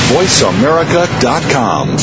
VoiceAmerica.com